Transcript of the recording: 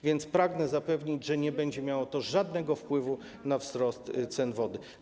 Więc pragnę zapewnić, że nie będzie miało to żadnego wpływu na wzrost cen wody.